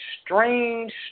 strange